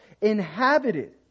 inhabited